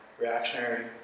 reactionary